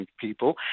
people